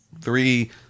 three